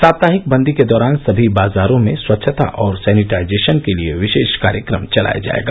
साप्ताहिक बंदी के दौरान सभी बाजारों में स्वच्छता और सैनिटाइजेशन के लिए विशेष कार्यक्रम चलाया जाएगा